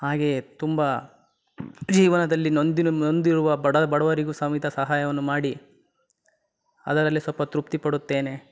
ಹಾಗೆಯೇ ತುಂಬ ಜೀವನದಲ್ಲಿ ನೊಂದಿನು ನೊಂದಿರುವ ಬಡ ಬಡವರಿಗೂ ಸಮೇತ ಸಹಾಯವನ್ನು ಮಾಡಿ ಅದರಲ್ಲಿ ಸ್ವಲ್ಪ ತೃಪ್ತಿಪಡುತ್ತೇನೆ